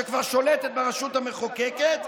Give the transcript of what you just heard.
שכבר שולטת ברשות המחוקקת,